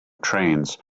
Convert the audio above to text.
trains